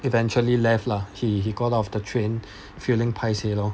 eventually left lah he he got off the train feeling paiseh loh